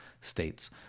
states